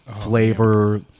flavor